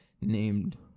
named